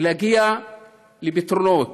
ולהגיע לפתרונות.